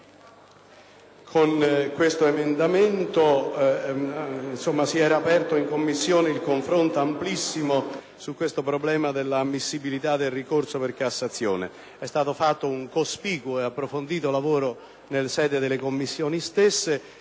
con questo emendamento si era aperto in Commissione il confronto, amplissimo, sul problema dell’ammissibilitadel ricorso per Cassazione. E[ ]stato svolto un cospicuo ed approfondito lavoro nella sede delle Commissioni stesse